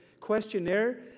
questionnaire